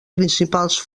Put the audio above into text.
principals